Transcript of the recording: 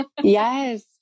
Yes